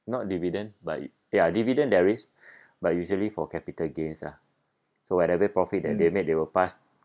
not dividend but ya dividend there is but usually for capital gains ah so whatever profit that they made they will pass